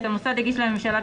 המוסד יגיש לממשלה,